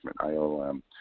IOM